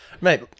Mate